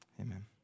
amen